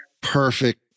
perfect